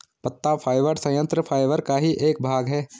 पत्ता फाइबर संयंत्र फाइबर का ही एक भाग है